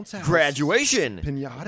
graduation